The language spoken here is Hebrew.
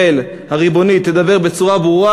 ברגע שאנחנו מדברים בצורה ברורה,